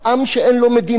עם שאין לו מדינה.